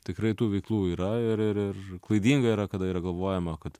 tikrai tų veiklų yra ir ir ir klaidinga yra kada yra galvojama kad